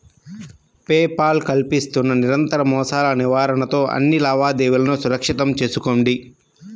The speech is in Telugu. పే పాల్ కల్పిస్తున్న నిరంతర మోసాల నివారణతో అన్ని లావాదేవీలను సురక్షితం చేసుకోండి